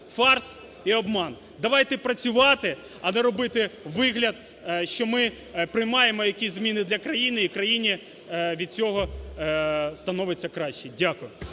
Фарс і обман. Давайте працювати, а не робити вигляд, що ми приймаємо якісь зміни для країни і країні від цього становиться краще. Дякую.